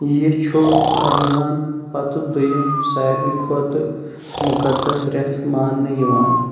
یہِ چھُ رَمضان پتہٕ دۄیِم ساروی کھۄتہٕ مُقَدس رٮ۪تھ مانٛنہٕ یِوان